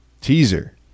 teaser